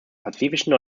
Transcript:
pazifischen